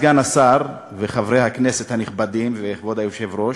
סגן השר וחברי הכנסת הנכבדים וכבוד היושב-ראש,